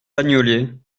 bagnolet